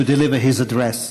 to deliver his address.